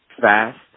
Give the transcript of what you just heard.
fast